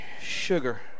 sugar